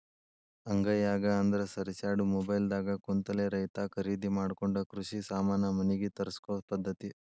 ಅಂಗೈಯಾಗ ಅಂದ್ರ ಸರಿಸ್ಯಾಡು ಮೊಬೈಲ್ ದಾಗ ಕುಂತಲೆ ರೈತಾ ಕರಿದಿ ಮಾಡಕೊಂಡ ಕೃಷಿ ಸಾಮಾನ ಮನಿಗೆ ತರ್ಸಕೊ ಪದ್ದತಿ